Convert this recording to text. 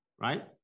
right